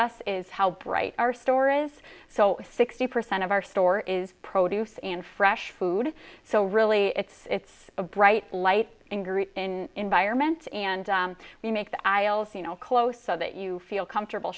us is how bright our store is so sixty percent of our store is produce and fresh food so really it's it's a bright light and greet in environment and we make the aisles you know close so that you feel comfortable